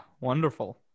wonderful